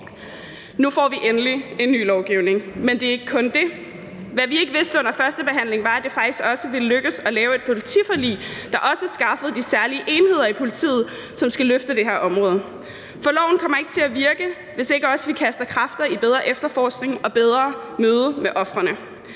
Nu får vi endelig en ny lovgivning, men det er ikke kun dét. Hvad vi ikke vidste under førstebehandlingen, var, at det faktisk også ville lykkes at lave et politiforlig, der skaffede de særlige enheder i politiet, som skal løfte det her område. For loven kommer ikke til at virke, hvis vi ikke også kaster kræfter i bedre efterforskning og bedre møde med ofrene.